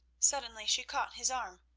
suddenly she caught his arm.